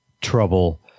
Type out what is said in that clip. trouble